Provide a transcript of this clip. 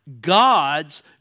God's